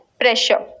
pressure